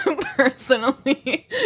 personally